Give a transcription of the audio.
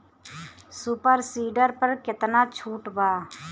Super seeder पर केतना छूट बा?